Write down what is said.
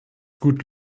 gut